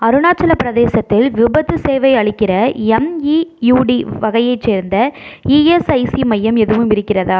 அருணாச்சலப் பிரதேசத்தில் விபத்துச் சேவை அளிக்கிற எம்இயுடி வகையைச் சேர்ந்த இஎஸ்ஐசி மையம் எதுவும் இருக்கிறதா